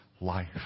life